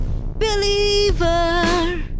Believer